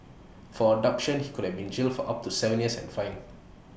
for abduction he could have been jailed for up to Seven years and fined